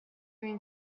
این